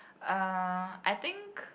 uh I think